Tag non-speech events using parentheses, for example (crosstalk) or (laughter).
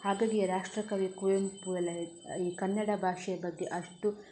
ಹಾಗಾಗಿ ರಾಷ್ಟ್ರಕವಿ ಕುವೆಂಪು ಎಲ್ಲ (unintelligible) ಈ ಕನ್ನಡ ಭಾಷೆಯ ಬಗ್ಗೆ ಅಷ್ಟು